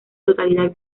totalidad